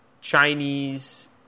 Chinese